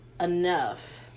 enough